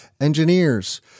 engineers